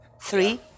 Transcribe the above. Three